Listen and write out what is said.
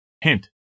Hint